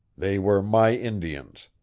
they were my indians.